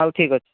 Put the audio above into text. ହଉ ଠିକ୍ ଅଛି